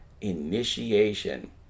Initiation